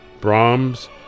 Brahms